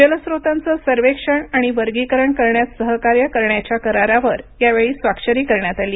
जल स्त्रोतांचं सर्वेक्षण आणि वर्गीकरण करण्यात सहकार्य करण्याच्या करारावर यावेळी स्वाक्षरी करण्यात आली